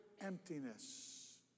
emptiness